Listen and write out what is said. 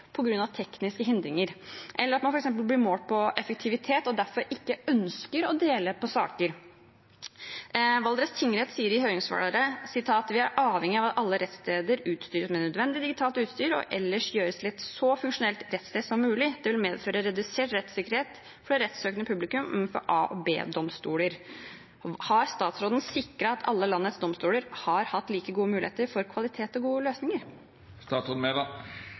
tekniske hindringer, eller blir målt på effektivitet og derfor ikke ønsker å dele på saker. Valdres tingrett sier i høringssvaret: «Vi er avhengig av at alle rettssteder utstyres med nødvendig digitalt utstyr og ellers gjøres til et så funksjonelt rettssted som mulig. Det vil medføre redusert rettssikkerhet for det rettssøkende publikum om vi får a og b domstoler». Har statsråden sikret at alle landets domstoler har hatt like gode muligheter for kvalitet og gode løsninger?